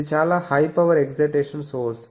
ఇది చాలా high power excitation source